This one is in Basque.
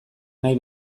nahi